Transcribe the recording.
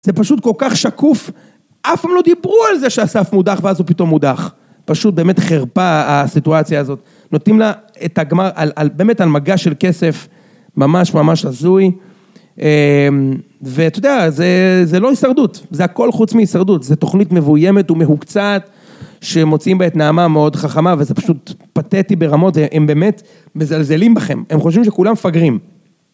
זה פשוט כל כך שקוף, אף פעם לא דיברו על זה שאסף מודח ואז הוא פתאום מודח. פשוט באמת חרפה הסיטואציה הזאת. נותנים לה את הגמר, על... על... באמת על מגע של כסף ממש ממש הזוי, ואתה יודע, זה לא הישרדות, זה הכל חוץ מהישרדות, זה תוכנית מבוימת ומהוקצעת, שמוצאים בה את נעמה מאוד חכמה וזה פשוט פתטי ברמות, הם באמת מזלזלים בכם, הם חושבים שכולם מפגרים.